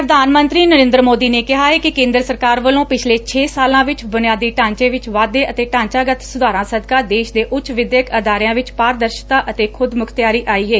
ਪ੍ਰਧਾਨ ਮੰਤਰੀ ਨਰੇਂਦਰ ਮੋਦੀ ਨੇ ਕਿਹਾ ਕਿ ਕੇਂਦਰ ਸਰਕਾਰ ਵੱਲੋਂ ਪਿਛਲੇ ਛੇ ਸਾਲਾਂ ਵਿਚ ਬੁਨਿਆਦੀ ਢਾਂਚੇ ਵਿਚ ਵਾਧੇ ਅਤੇ ਢਾਚਾਗਤ ਸੁਧਾਰਾ ਸਦਕਾ ਦੇਸ਼ ਦੇ ਉੱਚ ਵਿਦਿਅਕ ਅਦਾਰਿਆਂ ਵਿਚ ਪਾਰਦਰਸ਼ਤਾ ਅਤੇ ਖੁਦ ਮੁਖਤਿਆਰੀ ਆਈ ਏ